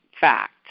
fact